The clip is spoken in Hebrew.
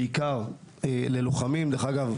בעיקר ללוחמים דרך אגב,